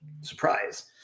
Surprise